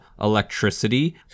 electricity